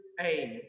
age